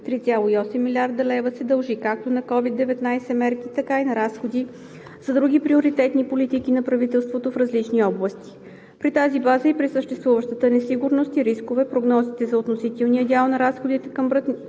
3,8 млрд. лв., се дължи както на COVID-19 мерки, така и на разходи за други приоритетни политики на правителството в различни области. При тази база и при съществуващата несигурност и рискове прогнозите за относителния дял на разходите към